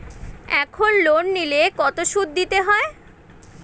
এখন লোন নিলে কত সুদ দিতে হয়?